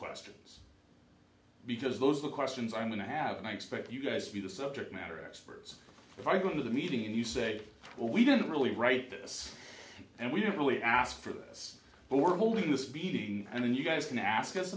questions because those are the questions i'm going to happen i expect you guys to be the subject matter experts if i go into the meeting and you say well we don't really write this and we don't really ask for this but we're holding the speech and you guys can ask us